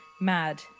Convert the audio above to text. Mad